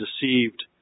deceived